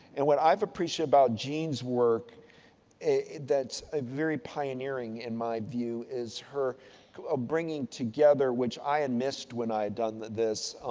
and, what i've appreciated about jeanne's work that's ah very pioneering, in my view, is her ah bringing together, which i had and missed when i done this,